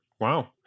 Wow